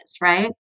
right